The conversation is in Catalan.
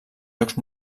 jocs